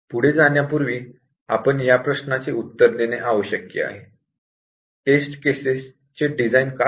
पुढे जाण्यापूर्वी आपण या प्रश्नाचे उत्तर देणे आवश्यक आहे की टेस्ट केसेस चे डिझाईन का करावे